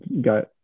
got